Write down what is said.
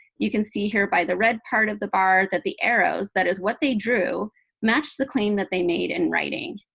you can see here by the red part of the bar that the arrows that is what they drew matched the claim that they made in writing.